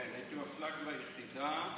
הייתי ביחידה,